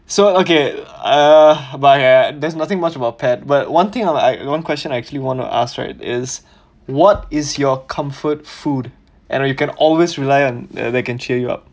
so okay uh but ya there's nothing much about pet but one thing I like one question I actually want to ask right is what is your comfort food and you can always rely on they can cheer you up